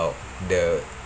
the